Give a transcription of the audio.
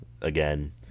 again